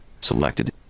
Selected